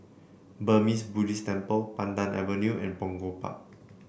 Burmese Buddhist Temple Pandan Avenue and Punggol Park